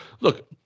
look